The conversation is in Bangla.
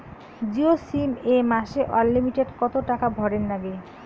জিও সিম এ মাসে আনলিমিটেড কত টাকা ভরের নাগে?